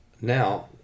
now